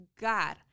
God